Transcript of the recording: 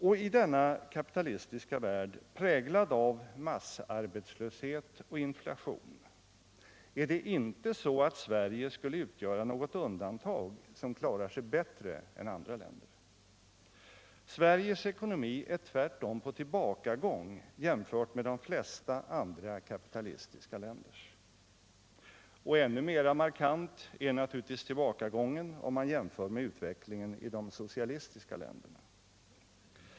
Och i denna kapitalistiska värld, präglad av massarbetslöshet och inflation. är det inte'så, att Sverige skulle utgöra något undantag som klarar sig bättre än andra länder. Sveriges ekonomi är tvärtom på tillbakagång jämfört med de flesta andra kapitalistiska länders. Och ännu mer markant är naturligtvis tillbakagången om man jämför med utvecklingen i de socialistiska länderna.